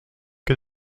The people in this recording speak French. que